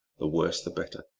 the worse the better.